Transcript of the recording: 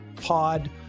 pod